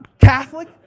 Catholic